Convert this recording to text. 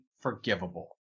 forgivable